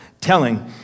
telling